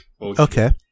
Okay